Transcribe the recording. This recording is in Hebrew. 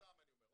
סתם אני אומר,